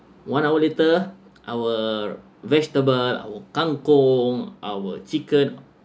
one hour later our vegetable our kangkong our chicken